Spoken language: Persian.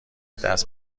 دست